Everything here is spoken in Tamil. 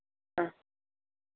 ஆ